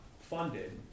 funded